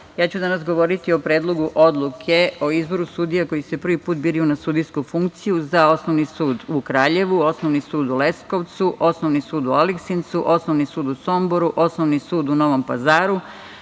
ja ću danas govoriti o Predlogu odluke o izboru sudija koji se prvi put biraju na sudijsku funkciju za Osnovni sud u Kraljevu, Osnovni sud u Leskovcu, Osnovni sud u Aleksincu, Osnovni sud u Somboru, Osnovni sud u Novom Pazaru,